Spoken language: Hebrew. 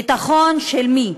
ביטחון של מי,